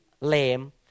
lame